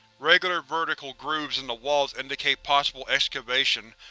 regular vertical grooves in the walls indicate possible excavation,